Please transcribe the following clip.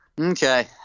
Okay